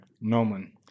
Norman